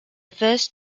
first